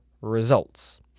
results